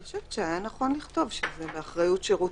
אני חושבת שהיה נכון לכתוב שזה באחריות שירות